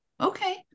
Okay